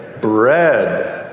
Bread